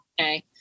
Okay